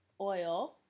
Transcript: oil